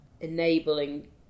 enabling